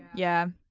yeah.